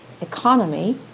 economy